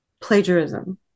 plagiarism